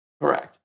Correct